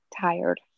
tired